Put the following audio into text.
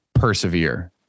Persevere